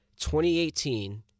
2018